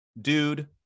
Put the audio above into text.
dude